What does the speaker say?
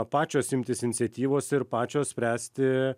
pačios imtis iniciatyvos ir pačios spręsti